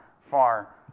far